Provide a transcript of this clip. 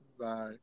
Bye